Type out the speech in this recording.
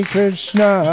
Krishna